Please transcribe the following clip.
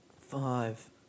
five